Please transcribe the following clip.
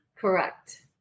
Correct